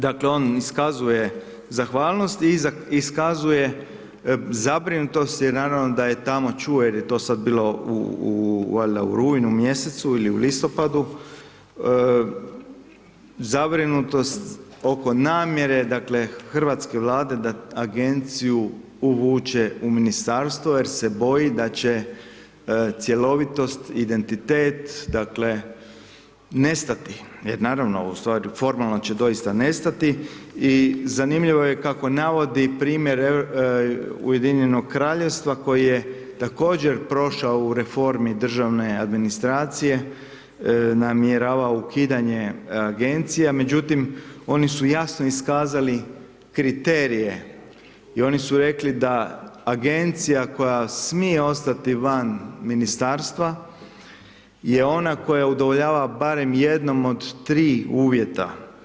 Dakle, on iskazuje zahvalnost i iskazuje zabrinutost jer naravno da je tamo čuo jer je to sad bilo u valjda u rujnu mjesecu ili u listopadu, zabrinutost oko namjere, dakle, hrvatske Vlade da agenciju uvuče u ministarstvo jer se boji da će cjelovitost, identitet, dakle nestati jer naravno, formalno će doista nestati i zanimljivo je kako navodi primjer UK koje također prošao u reformi državne administracije namjerava ukidanje agencija, međutim oni su jasno iskazali kriterije i oni su rekli da agencija koja smije ostati van ministarstva je ona koja udovoljava barem jednom od tri uvjeta.